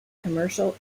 commercial